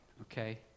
okay